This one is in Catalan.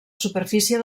superfície